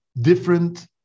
different